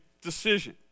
decision